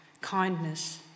kindness